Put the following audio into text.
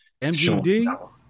MGD